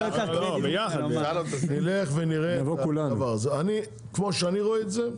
אני כמו שאני רואה את זה,